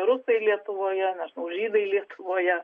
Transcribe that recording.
rusai lietuvoje nežinau žydai lietuvoje